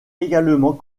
également